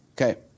Okay